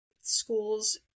schools